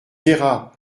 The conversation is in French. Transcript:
verra